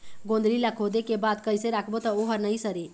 गोंदली ला खोदे के बाद कइसे राखबो त ओहर नई सरे?